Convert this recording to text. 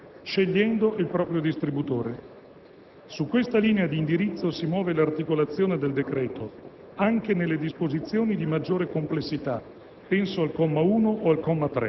Risulta importante, a questo proposito, il ruolo dell'Autorità indipendente, della quale potremmo anche noi chiedere l'integrazione nella composizione,